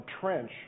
trench